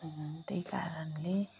त्यही कारणले